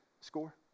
score